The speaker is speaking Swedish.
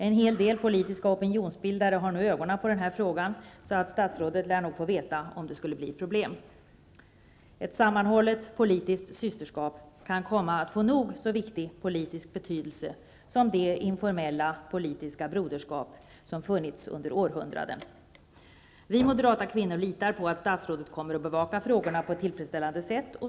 En hel del politiska opinionsbildare har nu ögonen på den här frågan, så statsrådet lär nog få veta om det skulle uppstå problem. Ett sammanhållet politiskt systerskap kan komma att få en nog så viktig politisk betydelse som det informella politiska broderskap som funnits under århundraden. Vi moderata kvinnor litar på att statsrådet bevakar frågorna på ett tillfredsställande sätt.